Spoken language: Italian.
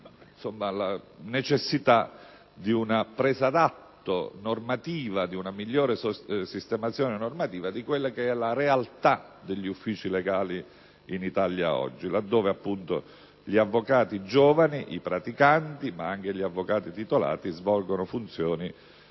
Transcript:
anche alla necessità di una presa d'atto normativa e di una migliore sistemazione legislativa della realtà attuale degli uffici legali in Italia, laddove gli avvocati giovani, i praticanti, ma anche gli avvocati titolati, svolgono funzioni a